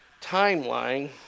timeline